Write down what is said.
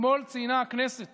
אתמול ציינה הכנסת